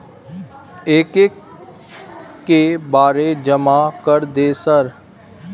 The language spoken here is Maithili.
एक एक के बारे जमा कर दे सर?